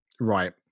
Right